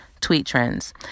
TweetTrends